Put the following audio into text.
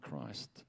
Christ